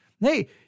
Hey